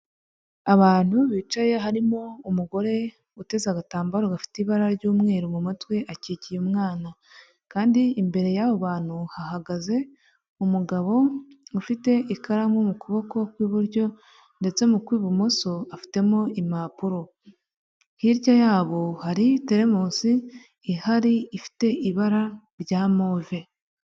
Abantu bicaye harimo umugore uteze agatambaro gafite ibara ry'umweru mu mu matwe akikiye umwana kandi imbere y'abo bantu hahagaze umugabo ufite ikaramu mu kuboko kw'iburyo ndetse mu kw'ibumoso afitemo impapuro, hirya yabo hari iteremusi ihari ifite ibara rya move.